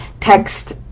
text